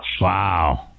Wow